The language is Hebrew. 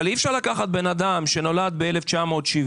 אבל אי אפשר לקחת אדם שנולד ב-1970,